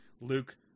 Luke